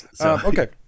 okay